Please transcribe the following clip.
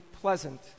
pleasant